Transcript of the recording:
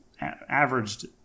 averaged